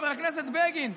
חבר הכנסת בגין,